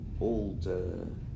old